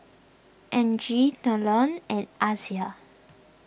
Angie Deion and Asia